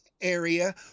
area